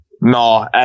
no